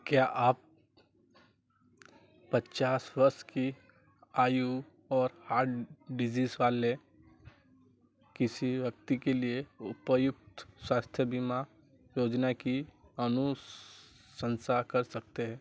क्या आप पचास वर्ष की आयु और हार्ट डिज़ीस वाले किसी व्यक्ति के लिए उपयुक्त स्वास्थ्य बीमा योजना की अनु शंसा कर सकते हैं